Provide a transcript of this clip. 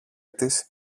της